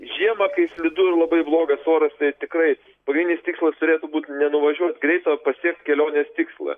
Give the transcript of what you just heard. žiemą kai slidu ir labai blogas oras tai tikrai pagrindinis tikslas turėtų būt ne nuvažiuot greitai o pasiekt kelionės tikslą